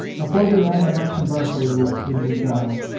afore we land i must convarse a little with you child,